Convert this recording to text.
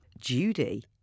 Judy